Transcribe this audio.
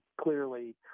clearly